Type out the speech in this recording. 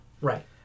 Right